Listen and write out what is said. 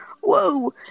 Whoa